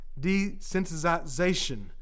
Desensitization